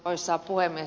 arvoisa puhemies